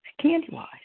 candy-wise